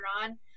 on